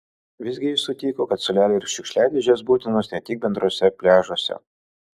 vis gi jis sutiko kad suoleliai ir šiukšliadėžės būtinos ne tik bendruose pliažuose